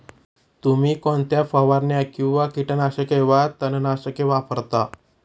तुम्ही कोणत्या फवारण्या किंवा कीटकनाशके वा तणनाशके वापरता?